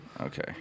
Okay